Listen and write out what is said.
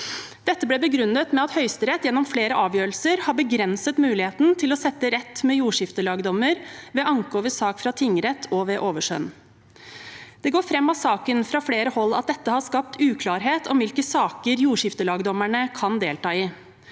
Dette ble begrunnet med at Høyesterett gjennom flere avgjørelser har begrenset muligheten til å sette rett med jordskiftelagdommer ved anke over sak fra tingrett og ved overskjønn. Det går fram av saken at dette fra flere hold har skapt uklarhet om hvilke saker jordskiftelagdommerne kan delta i.